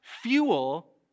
fuel